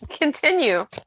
continue